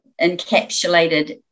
encapsulated